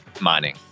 mining